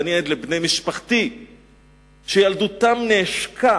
ואני עד לבני משפחתי שילדותם נעשקה,